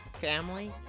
family